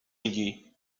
میگی